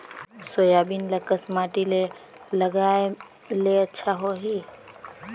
Soybean ल कस माटी मे लगाय ले अच्छा सोही?